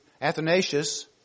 Athanasius